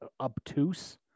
obtuse